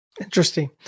Interesting